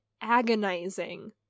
agonizing